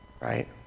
Right